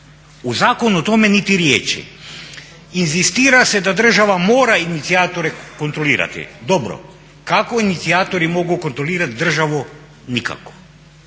U zakonu o tome niti riječi. Inzistira se da država mora inicijatore kontrolirati. Dobro. Kako inicijatori mogu kontrolirati državu? Nikako.